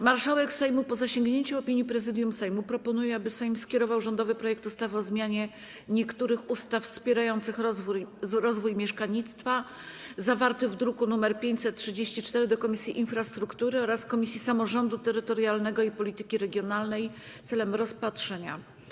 Marszałek Sejmu, po zasięgnięciu opinii Prezydium Sejmu, proponuje, aby Sejm skierował rządowy projekt ustawy o zmianie niektórych ustaw wspierających rozwój mieszkalnictwa, zawarty w druku nr 534, do Komisji Infrastruktury oraz Komisji Samorządu Terytorialnego i Polityki Regionalnej w celu rozpatrzenia.